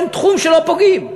אין תחום שלא פוגעים.